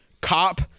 cop